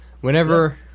whenever